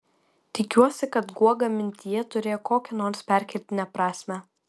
tikiuosi kad guoga mintyje turėjo kokią nors perkeltinę prasmę